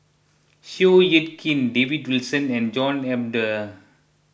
Seow Yit Kin David Wilson and John Eber